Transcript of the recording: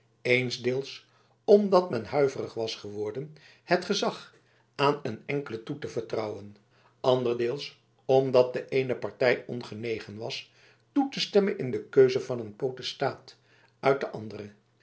eensdeels omdat men huiverig was geworden het gezag aan een enkele toe te vertrouwen anderdeels omdat de eene partij ongenegen was toe te stemmen in de keuze van een potestaat uit de andere